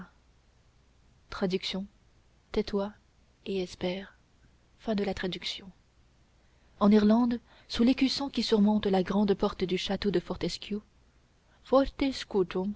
et spera en irlande sous l'écusson qui surmonte la grande porte du château de fortescue forte